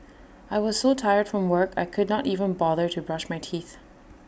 I was so tired from work I could not even bother to brush my teeth